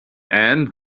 and